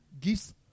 gifts